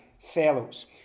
fellows